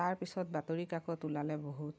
তাৰ পিছত বাতৰিকাকত ওলালে বহুত